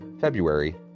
February